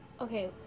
Okay